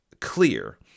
clear